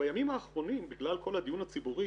בימים האחרונים, בגלל כל הדיון הציבורי,